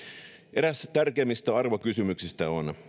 eräs tärkeimmistä arvokysymyksistä on